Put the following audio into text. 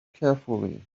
carefully